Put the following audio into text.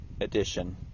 edition